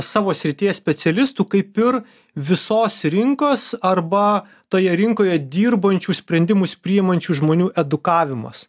savo srities specialistų kaip ir visos rinkos arba toje rinkoje dirbančių sprendimus priimančių žmonių edukavimas